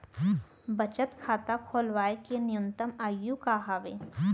बचत खाता खोलवाय के न्यूनतम आयु का हवे?